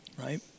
right